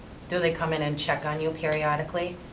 do they come in and check on you periodically?